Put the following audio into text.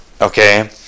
Okay